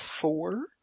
four